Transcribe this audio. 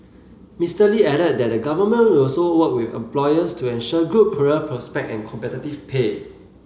Mister Lee added that the Government will also work with employers to ensure good career prospect and competitive pay